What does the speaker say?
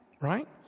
Right